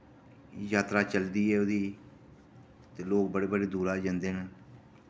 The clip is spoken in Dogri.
जात्तरा चलदी ऐ ओह्दी ते लोक बड़े बड़े दूरा दा जन्दे न